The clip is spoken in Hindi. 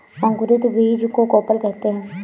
अंकुरित बीज को कोपल कहते हैं